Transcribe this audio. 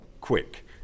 quick